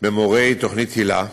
במורי תוכנית היל"ה,